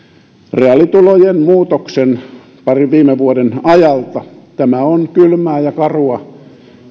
reaalitulojen muutos tilaston parin viime vuoden ajalta tämä on kylmää ja karua